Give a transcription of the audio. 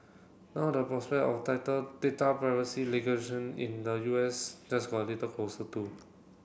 now the prospect of tighter data privacy in the U S just got a little closer too